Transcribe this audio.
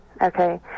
Okay